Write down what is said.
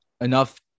enough